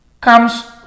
comes